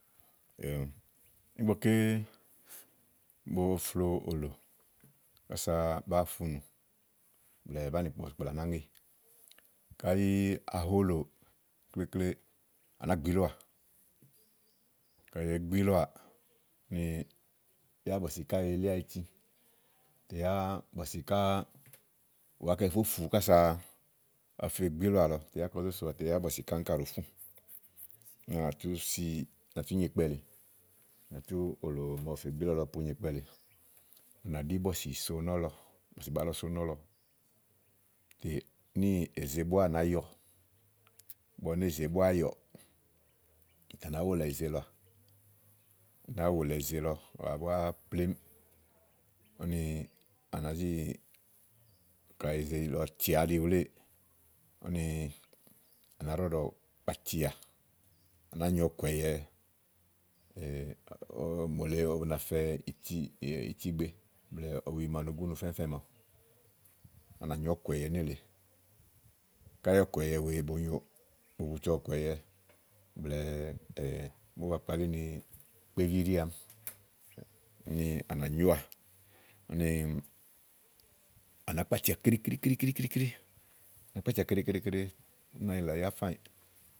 eyòo, ígbɔké bo flo òlò kása bàáa funù blɛ̀ɛ bàáa nì kpo bɔ̀sìkplà bàá ŋe. kàyi à ha òlò, klekle à nàáa gbì ílɔà. kayi èé gbi ilɔà úni ètè yá bɔ̀sì ka èé li áyiti. Ètè yá bɔ̀sì ká wàá kɛ fó fùu ása ɔwɔ fè gbì ílɔà lɔ tè yá kɔ zó so wàa tè yá bɔ̀sì ì káàáŋka ɖòo fú úni à nà tú si, à tú nyo ikpɛ lèe. à nà tú òlò màa ɔwɔ fè gbìílɔ lɔ ponyo ikpɛ lèe à nà ɖí bɔ̀sì so nɔ̀lɔ, bɔsìba lɔ so nɔ̀lɔ tè níì èze búá nàá yɔ ígbɔ néèze búá yɔ̀ ɔ̀tè à nàá wulà eze lɔà, à nàáa wùlà eze lɔ àɖà búá plémú úni à zi í kayi eze lɔ tià áɖì wúléè, úni à nàá ɖɔɖɔ̀ kpàtìà à nàáa nyo ɔ̀kɔ̀yɛ mòole ba fɛ itíìgbé blɛ̀ɛ, ɔwi màa no gúnu fɛfɛ̃ màawu, à nà nyó ɔ̀kɔ̀yɛ nélèe. káyi ɔ̀kɔ̀yɛ wèe bo nyòo bubutu ɔ̀kɔ̀yɛ blɛ̀ɛ màa ówó ba kpalí ni kpé ví ɖí àámi, úni à nà nyóà úni à nàá kpatíà keɖe keɖe ú nàá yilè ayá fáànyì.